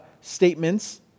statements